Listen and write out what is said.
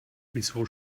wieso